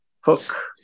hook